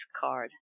card